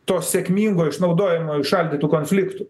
to sėkmingo išnaudojimo įšaldytų konfliktų